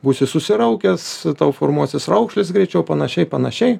būsi susiraukęs tau formuosis raukšlės greičiau panašiai panašiai